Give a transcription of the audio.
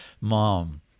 mom